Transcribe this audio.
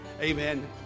Amen